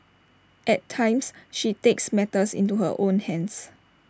at times she takes matters into her own hands